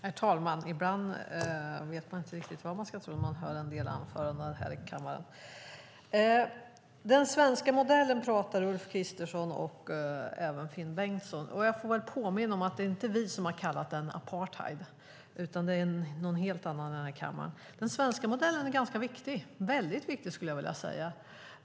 Herr talman! Ibland vet man inte riktigt vad man ska tro när man hör en del anföranden här i kammaren. Ulf Kristersson och även Finn Bengtsson talade om den svenska modellen. Jag får väl påminna om att det inte är vi som har kallat den för apartheid, utan det är någon helt annan i denna kammare. Den svenska modellen är ganska viktig - väldigt viktig, skulle jag vilja säga.